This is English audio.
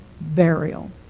burial